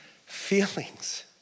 Feelings